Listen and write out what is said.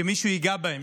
שמישהו ייגע בהם,